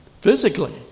physically